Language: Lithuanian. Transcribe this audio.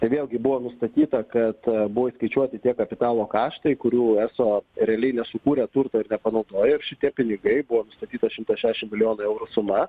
tai vėlgi buvo nustatyta kad buvo įskaičiuoti tie kapitalo kaštai kurių eso realiai nesukūrė turto ir nepanaudojo ir šitie pinigai buvo nustatyta šimtas šešim milijonų eurų suma